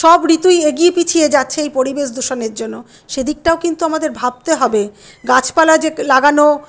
সব ঋতুই এগিয়ে পিছিয়ে যাচ্ছে এই পরিবেশ দূষণের জন্য সেদিকটাও কিন্তু আমাদের ভাবতে হবে গাছপালা লাগানো